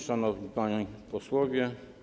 Szanowni Panowie Posłowie!